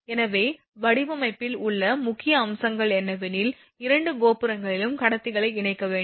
எனவே வடிவமைப்பில் உள்ள முக்கிய அம்சங்கள் என்னவெனில் இரண்டு கோபுரங்களிலும் கடத்திகளை இணைக்க வேண்டும்